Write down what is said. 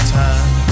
time